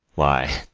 why,